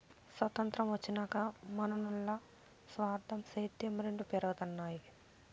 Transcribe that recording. సొతంత్రం వచ్చినాక మనునుల్ల స్వార్థం, సేద్యం రెండు పెరగతన్నాయి